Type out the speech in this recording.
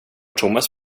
thomas